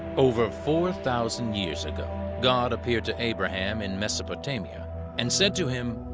over four thousand years ago, god appeared to abraham in mesopotamia and said to him,